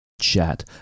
chat